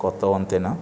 కొత్త వంతెన